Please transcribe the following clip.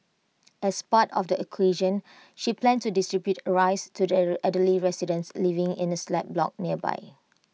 as part of the occasion she planned to distribute rice to elderly residents living in A slab block nearby